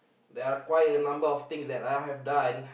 there are quite a number of things that I have done